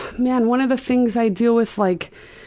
man, one of the things i deal with like,